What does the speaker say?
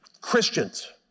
Christians